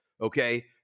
okay